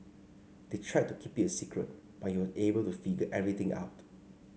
they tried to keep it a secret but he was able to figure everything out